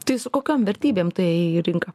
tai su kokiom vertybėm tai rinka